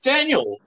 Daniel